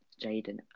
Jaden